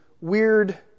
weird